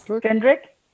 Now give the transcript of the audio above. Kendrick